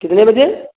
कितने बजे